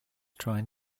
trying